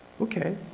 okay